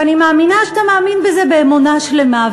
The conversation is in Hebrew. ואני מאמינה שאתה מאמין בזה באמונה שלמה.